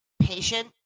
patient